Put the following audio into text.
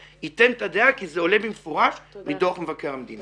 יתנו את הדעה כי זה עולה במפורש מדוח מבקר המדינה.